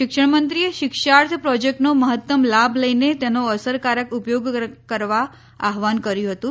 શિક્ષણ મંત્રીએ શિક્ષાર્થ પ્રોજેક્ટનો મહત્તમ લાભ લઈને તેનો અસર કારક ઉપયોગ કરવા આહવાન કર્યું હતું